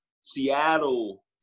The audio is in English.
Seattle